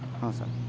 ହଁ ସାର୍